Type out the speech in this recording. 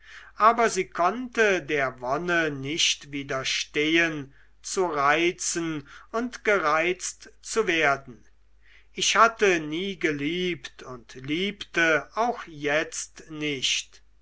aber sie konnte der wonne nicht widerstehen zu reizen und gereizt zu werden ich hatte nie geliebt und liebte auch jetzt nicht